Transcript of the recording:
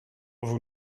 vous